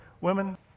women